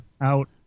Out